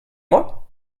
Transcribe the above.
moi